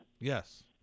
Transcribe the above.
Yes